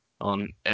on